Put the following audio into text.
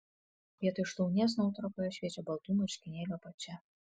vietoj šlaunies nuotraukoje šviečia baltų marškinėlių apačia